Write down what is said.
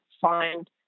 find